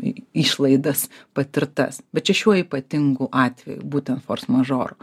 išlaidas patirtas bet čia šiuo ypatingu atveju būtent forsmažoro